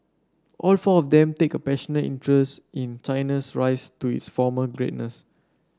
all four of them take a passionate interest in China's rise to its former greatness